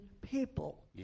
people